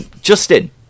Justin